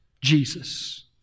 Jesus